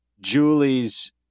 Julie's